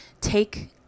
Take